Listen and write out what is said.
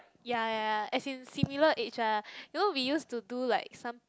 ya ya ya as in similar age lah you know we used to do like some